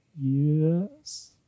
yes